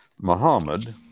Muhammad